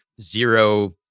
zero